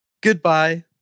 Goodbye